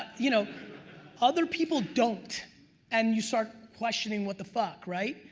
you know other people don't and you start questioning what the fuck, right?